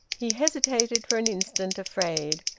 he hesitated for an instant afraid,